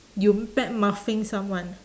you badmouthing someone